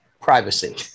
privacy